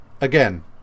again